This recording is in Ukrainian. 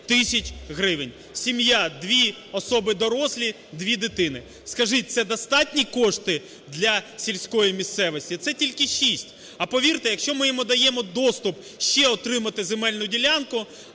тисяч гривень. Сім'я: дві особи дорослі, дві дитини. Скажіть, це достатні кошти для сільської місцевості? Це тільки шість, а, повірте, якщо ми йому даємо доступ ще отримати земельну ділянку,